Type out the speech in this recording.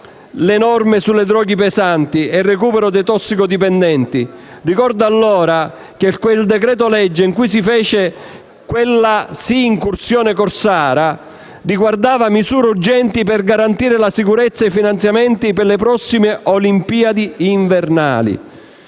norme sulle droghe pesanti e sul recupero dei tossicodipendenti. Ricordo che il decreto-legge con il quale si compì quella incursione corsara riguardava misure urgenti per garantire la sicurezza e i finanziamenti per le prossime Olimpiadi invernali.